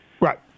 Right